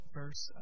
verse